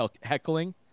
heckling